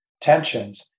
tensions